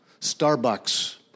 Starbucks